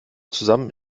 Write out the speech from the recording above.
zusammen